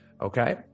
okay